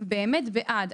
ברמה העקרונית באמת בעד.